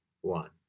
one